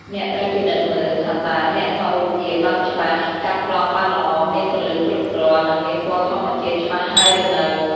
អ្នកត្រូវពិនិត្យមើល ថាតើអ្នកថតរូបភាពបានច្បាស់ ចាប់ប្លង់បានល្អ មានពន្លឺគ្រប់គ្រាន់ និងមានពណ៌ធម្មជាតិច្បាស់ហើយឬនៅ។